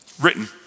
written